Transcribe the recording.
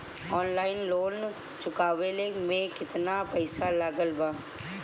Online loan चुकवले मे केतना पईसा लागत बा?